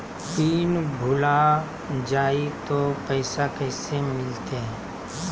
Pin भूला जाई तो पैसा कैसे मिलते?